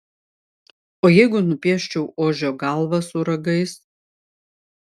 o jeigu nupieščiau ožio galvą su ragais